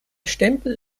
stempel